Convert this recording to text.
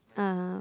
(uh huh)